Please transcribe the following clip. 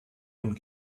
und